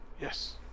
Yes